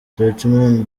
dortmund